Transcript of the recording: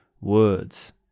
words